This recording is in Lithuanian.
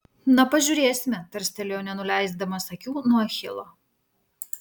na pažiūrėsime tarstelėjo nenuleisdamas akių nuo achilo